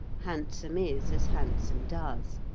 handsome is as handsome does,